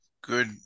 Good